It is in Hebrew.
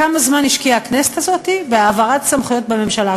אין לתאר כמה זמן השקיעה הכנסת הזאת בהעברת סמכויות בממשלה.